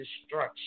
destruction